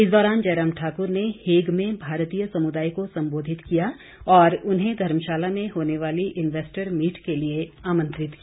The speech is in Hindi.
इस दौरान जयराम ठाकुर ने हेग में भारतीय समुदाय को संबोधित किया और उन्हें धर्मशाला में होने वाली इन्वेस्टर मीट के लिए आमंत्रित किया